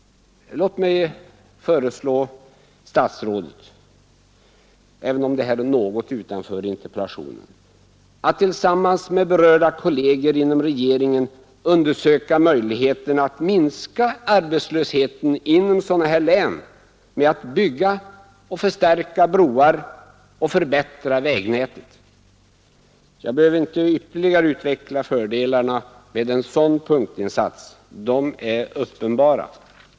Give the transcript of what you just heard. Låt mig föreslå att statsrådet — även om det är någonting utöver interpellationen — tillsammans med berörda kolleger inom regeringen undersöker möjligheterna att minska atbetslösheten inom sådana här län med att bygga och förstärka broar och förbättra vägnätet. Jag behöver inte ytterligare utveckla fördelarna med en sådan punktinsats. De är uppendara.